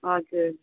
हजुर